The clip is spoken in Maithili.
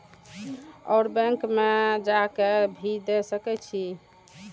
और बैंक में जा के भी दे सके छी?